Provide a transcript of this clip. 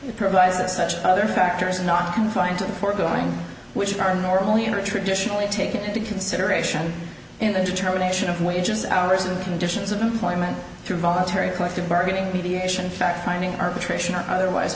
provides that such other factors are not confined to the foregoing which are normally under traditionally taken into consideration in the determination of wages hours and conditions of employment through voluntary collective bargaining mediation fact finding arbitration or otherwise